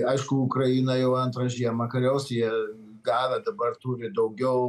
aišku ukraina jau antrą žiemą kariaus jie gavę dabar turi daugiau